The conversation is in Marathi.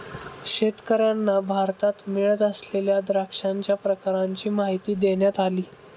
शेतकर्यांना भारतात मिळत असलेल्या द्राक्षांच्या प्रकारांची माहिती देण्यात आली